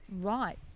right